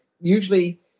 usually